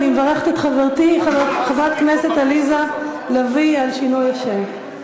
ואני מברכת את חברתי חברת הכנסת עליזה לביא על שינוי השם.